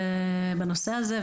בנושא הזה,